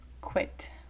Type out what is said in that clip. quit